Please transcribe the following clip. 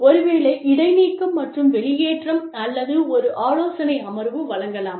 ஒருவேளை இடைநீக்கம் மற்றும் வெளியேற்றம் அல்லது ஒரு ஆலோசனை அமர்வு வழங்கலாம்